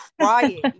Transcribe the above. crying